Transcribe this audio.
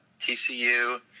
TCU